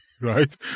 Right